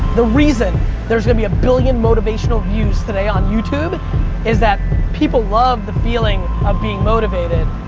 the reason there's gonna be a billion motivational views today on youtube is that people love the feeling of being motivated.